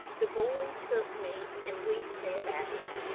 the boy took me, and we set out.